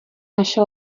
naše